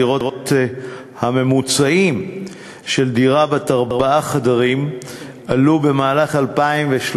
הממוצעים של דירות ארבעה חדרים עלו במהלך 2013